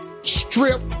Strip